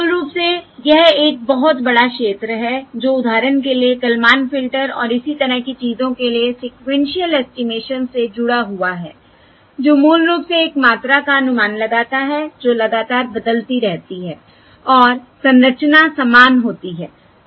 मूल रूप से यह एक बहुत बड़ा क्षेत्र है जो उदाहरण के लिए कलमान फ़िल्टर और इसी तरह की चीजों के लिए सीक्वेन्शिअल एस्टिमेशन से जुड़ा हुआ है जो मूल रूप से एक मात्रा का अनुमान लगाता है जो लगातार बदलती रहती है और संरचना समान होती है